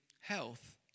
health